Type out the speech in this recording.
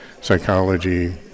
psychology